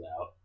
out